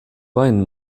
weinen